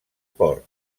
port